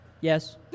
Yes